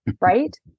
right